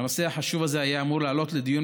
והנושא החשוב הזה היה אמור לעלות לדיון